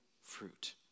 fruit